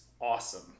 awesome